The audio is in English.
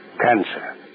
Cancer